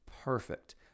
perfect